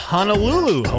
Honolulu